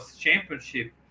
championship